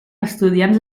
estudiants